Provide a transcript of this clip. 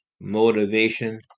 motivation